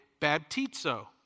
baptizo